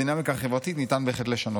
ניתן בהחלט לשנות.